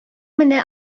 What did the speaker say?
менә